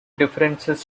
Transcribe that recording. differences